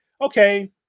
okay